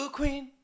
queen